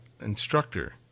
instructor